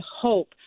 hope